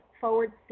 forward